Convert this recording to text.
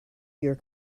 your